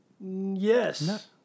Yes